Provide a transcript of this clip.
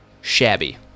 shabby